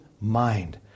mind